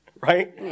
right